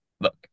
look